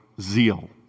zeal